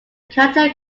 character